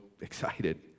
excited